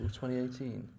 2018